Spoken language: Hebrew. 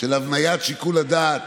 הבניית שיקול הדעת